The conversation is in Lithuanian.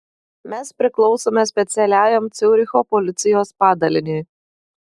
mes priklausome specialiajam ciuricho policijos padaliniui